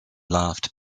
laughed